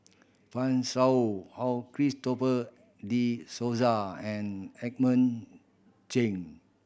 Fan Shao Christopher De Souza and Edmund Cheng